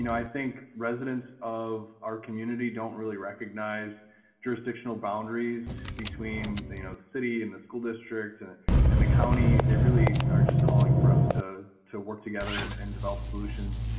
you know i think residents of our community don't really recognize traditional boundaries between the you know the city and the school district in and and the county. they really are just calling for us to to work together and and develop solutions,